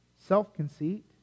self-conceit